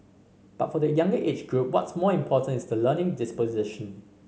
but for the younger age group what's more important is the learning disposition